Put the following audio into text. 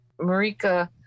Marika